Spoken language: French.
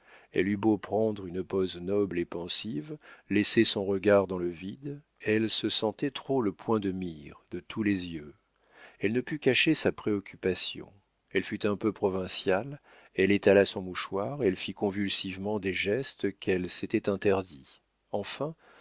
elle eut beau prendre une pose noble et pensive laisser son regard dans le vide elle se sentait trop le point de mire de tous les yeux elle ne put cacher sa préoccupation elle fut un peu provinciale elle étala son mouchoir elle fit convulsivement des gestes qu'elle s'était interdits enfin